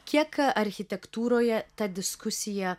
kiek architektūroje ta diskusija